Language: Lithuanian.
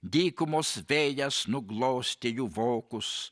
dykumos vėjas nuglostė jų vokus